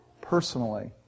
personally